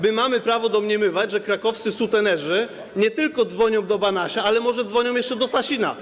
My mamy prawo domniemywać, że krakowscy sutenerzy nie tylko dzwonią do Banasia, ale może dzwonią jeszcze do Sasina.